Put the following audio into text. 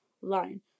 line